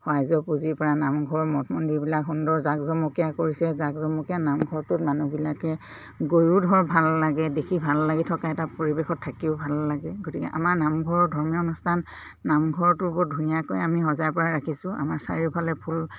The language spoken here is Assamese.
ৰাইজৰ পুঁজিৰ পৰা নামঘৰ মঠ মন্দিৰবিলাক সুন্দৰ জাক জমকীয়া কৰিছে জাক জমকীয়া নামঘৰটোত মানুহবিলাকে গৈও ধৰ ভাল লাগে দেখি ভাল লাগি থকা এটা পৰিৱেশত থাকিও ভাল লাগে গতিকে আমাৰ নামঘৰৰ ধৰ্মীয় অনুষ্ঠান নামঘৰটো বৰ ধুনীয়াকৈ আমি সজাই পৰাই ৰাখিছোঁ আমাৰ চাৰিওফালে ফুল